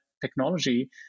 technology